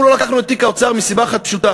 אנחנו לא לקחנו את תיק האוצר מסיבה אחת פשוטה: